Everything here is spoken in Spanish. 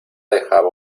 dejaba